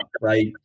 right